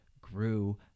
grew